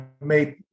made